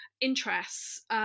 Interests